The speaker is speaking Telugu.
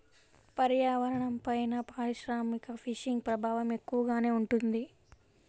పర్యావరణంపైన పారిశ్రామిక ఫిషింగ్ ప్రభావం ఎక్కువగానే ఉంటుంది